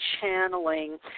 channeling